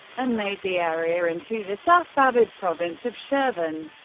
and made the area into the safavid province of shirvan.